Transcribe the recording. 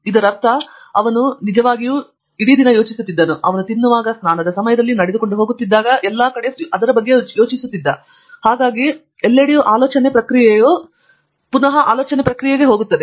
ಇದರ ಅರ್ಥ ಅವನು ನಿಜವಾಗಿಯೂ ಯೋಚಿಸುತ್ತಿದ್ದನು ಅವನು ತಿನ್ನುವಾಗ ಅದರ ಸ್ನಾನದ ಸಮಯದಲ್ಲಿ ಅವನು ನಡೆದುಕೊಂಡು ಹೋಗುತ್ತಿದ್ದಾಗ ಅದರಲ್ಲಿ ಯೋಚಿಸುತ್ತಿರುತ್ತಾನೆ ಹಾಗಾಗಿ ಎಲ್ಲೆಡೆಯೂ ಆಲೋಚನೆ ಪ್ರಕ್ರಿಯೆಯು ಆಲೋಚನೆಯ ಪ್ರಕ್ರಿಯೆಗೆ ಹೋಗುತ್ತದೆ